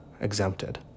exempted